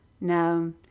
No